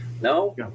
No